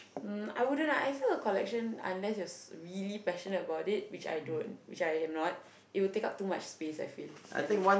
um I wouldn't lah I feel a collection unless you are really passionate about which I don't which I am not it will take up too much space I feel and